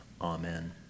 Amen